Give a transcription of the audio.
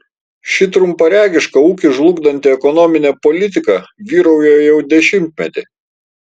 ši trumparegiška ūkį žlugdanti ekonominė politika vyrauja jau dešimtmetį